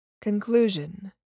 Conclusion